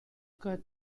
cut